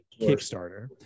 kickstarter